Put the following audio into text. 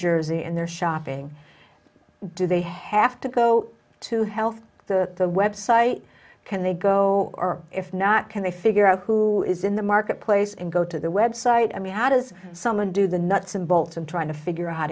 jersey and they're shopping do they have to go to health the website can they go or if not can they figure out who is in the marketplace and go to the website i mean how does someone do the nuts and bolts and trying to figure out how